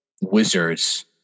wizards